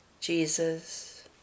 Jesus